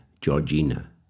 Georgina